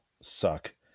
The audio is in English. suck